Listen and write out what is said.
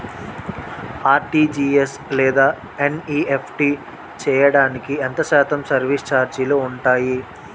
RTGS లేదా NEFT చేయడానికి ఎంత శాతం సర్విస్ ఛార్జీలు ఉంటాయి?